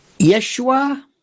Yeshua